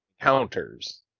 counters